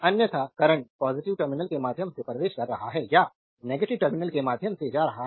अन्यथा current positive terminal के माध्यम से प्रवेश कर रहा है या नेगेटिव टर्मिनल के माध्यम से जा रहा है